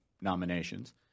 nominations